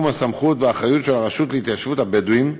הסמכות והאחריות של הרשות להתיישבות הבדואים,